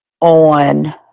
on